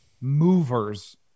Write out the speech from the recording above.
movers